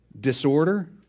disorder